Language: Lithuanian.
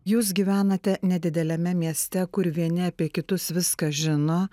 jūs gyvenate nedideliame mieste kur vieni apie kitus viską žino